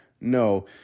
No